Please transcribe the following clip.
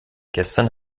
gestern